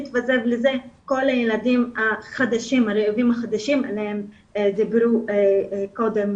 מתווסף לזה כל הילדים הרעבים החדשים עליהם דיברו קודם